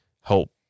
help